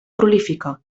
prolífica